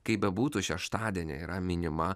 kaip bebūtų šeštadienį yra minima